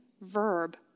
verb